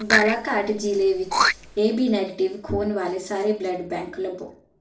ਬਾਲਾ ਘਾਟ ਜ਼ਿਲ੍ਹੇ ਵਿੱਚ ਏ ਬੀ ਨੈਗੇਟਿਵ ਖੂਨ ਵਾਲੇ ਸਾਰੇ ਬਲੱਡ ਬੈਂਕ ਲੱਭੋ